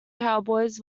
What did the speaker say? cowboys